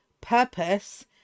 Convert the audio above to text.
purpose